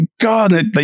god